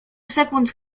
sekund